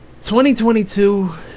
2022